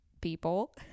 people